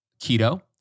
keto